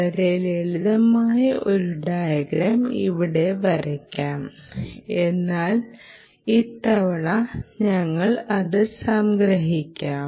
വളരെ ലളിതമായ ഒരു ഡയഗ്രം ഇവിടെ വരയ്ക്കാം എന്നാൽ ഇത്തവണ ഞങ്ങൾ അത് സംഗ്രഹിക്കും